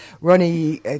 Ronnie